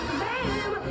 bam